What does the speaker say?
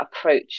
approach